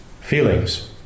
feelings